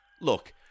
Look